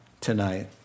tonight